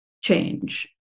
change